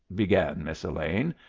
began miss elaine,